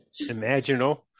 Imaginal